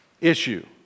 issue